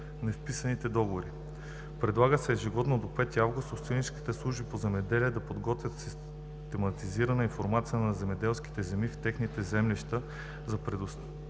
невписани договори. Предлага се ежегодно до 5 август общинските служби по земеделие да подготвят систематизирана информация за земеделските земи в техните землища за предстоящата